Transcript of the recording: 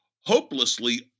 hopelessly